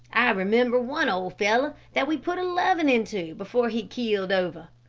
i remember one old fellow that we put eleven into, before he keeled over.